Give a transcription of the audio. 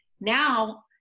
Now